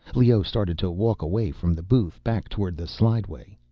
leoh started to walk away from the booth, back toward the slideway.